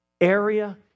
area